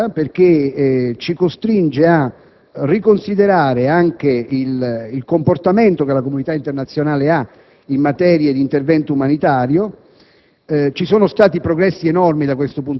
Non è un'affermazione da poco questa, perché ci costringe a riconsiderare anche il comportamento che la comunità internazionale ha in materia di intervento umanitario.